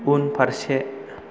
उनफारसे